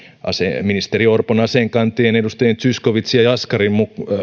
ministeri orpon aseenkantajien edustajien zyskowicz ja jaskari